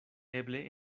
eble